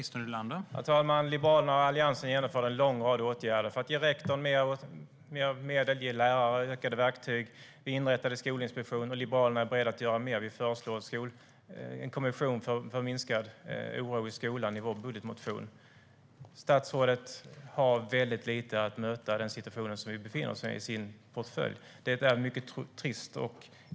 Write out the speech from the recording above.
Herr talman! Liberalerna och Alliansen genomförde en lång rad åtgärder för att ge rektor mer medel och ge lärare bättre verktyg. Vi inrättade Skolinspektionen. Liberalerna är beredda att göra mer. Vi föreslår i vår budgetmotion en kommission för minskad oro i skolan. Statsrådet har väldigt lite i sin portfölj för att möta den situation som vi befinner oss i. Det är mycket trist.